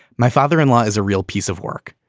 my father in law is a real piece of work.